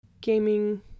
gaming